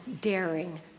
daring